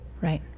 Right